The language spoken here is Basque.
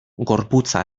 gorputza